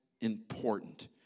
important